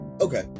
Okay